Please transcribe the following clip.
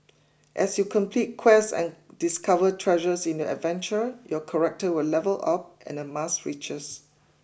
as you complete quests and discover treasures in your adventure your character will level up and amass riches